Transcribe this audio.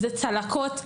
זה צלקות.